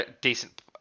decent